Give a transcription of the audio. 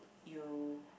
you